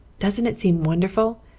doesn't it seem wonderful?